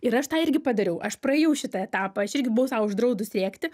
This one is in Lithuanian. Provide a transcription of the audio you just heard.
ir aš tą irgi padariau aš praėjau šitą etapą aš irgi buvau sau uždraudus rėkti